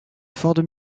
ford